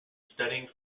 studying